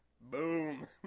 Boom